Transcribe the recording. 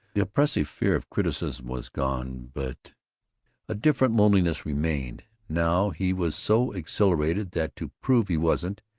the oppressive fear of criticism was gone, but a diffident loneliness remained. now he was so exhilarated that, to prove he wasn't,